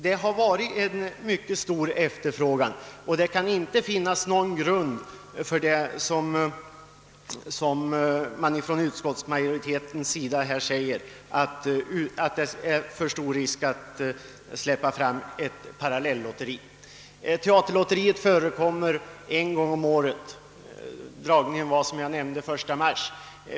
Det har varit en mycket stor efterfrågan, och det kan inte finnas någon grund för utskottsmajoritetens antagande, att det skulle vara alltför stor risk att släppa fram ett parallellotteri. Teaterlotteriet anordnas en gång om året. Som jag sade ägde dragningen i år rum den 1 mars.